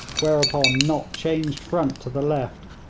whereupon nott changed front to the left,